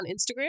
Instagram